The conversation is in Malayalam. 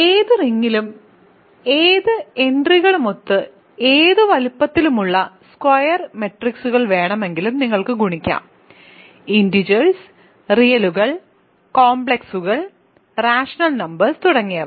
ഏത് റിങ്ങിലും ഏത് എൻട്രികളുമൊത്ത് ഏത് വലുപ്പത്തിലുള്ള സ്ക്വയർ മെട്രിക്സുകൾ വേണമെങ്കിലും നിങ്ങൾക്ക് ഗുണിക്കാം ഇന്റിജേഴ്സ് റിയലുകൾ കോംപ്ലക്സുകൾ റാഷണൽ നമ്പേഴ്സ് തുടങ്ങിയവ